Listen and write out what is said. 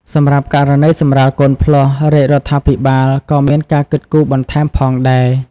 សម្រាប់ករណីសម្រាលកូនភ្លោះ រាជរដ្ឋាភិបាលក៏មានការគិតគូរបន្ថែមផងដែរ។